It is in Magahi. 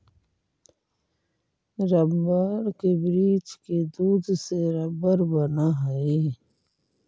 रबर के वृक्ष के दूध से रबर बनऽ हई